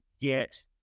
get